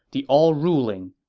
the all-ruling,